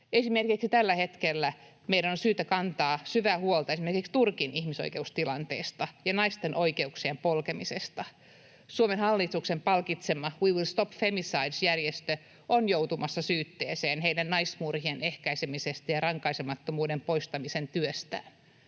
Esimerkiksi tällä hetkellä meidän on syytä kantaa syvää huolta esimerkiksi Turkin ihmisoikeustilanteesta ja naisten oikeuksien polkemisesta. Suomen hallituksen palkitsema We Will Stop Femicide -järjestö on joutumassa syytteeseen naismurhien ehkäisemisen ja rankaisemattomuuden poistamisen työstään.